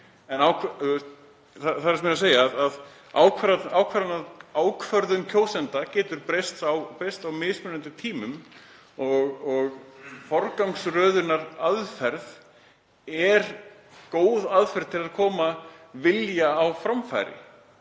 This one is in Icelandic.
En það sem ég er að segja er að ákvörðun kjósenda getur breyst, verið ólík á mismunandi tímum, og forgangsröðunaraðferðin er góð aðferð til að koma vilja á framfæri.